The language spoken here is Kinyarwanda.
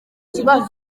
kibazo